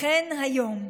לכן, היום,